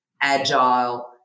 Agile